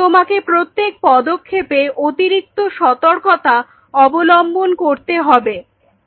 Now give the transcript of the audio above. তোমাকে প্রত্যেক পদক্ষেপে অতিরিক্ত সর্তকতা অবলম্বন করতে হবে